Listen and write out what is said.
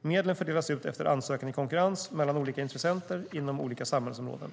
Medlen fördelas ut efter ansökan i konkurrens mellan olika intressenter inom olika samhällsområden.